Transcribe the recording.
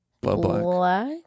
black